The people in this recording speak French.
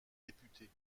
député